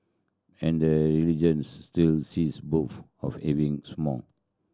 and the region still sees bouts of heavy smog